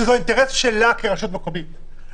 שזה האינטרס שלה כרשות מקומית,